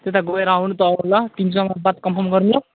त्यता गएर आउने त होला तिन सौमा बात कन्फर्म गरौँ ल